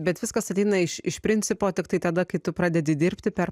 bet viskas ateina iš iš principo tiktai tada kai tu pradedi dirbti per